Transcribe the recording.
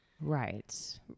Right